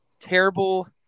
terrible